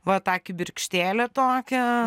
va tą kibirkštėlę tokią